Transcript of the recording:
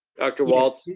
dr. walts?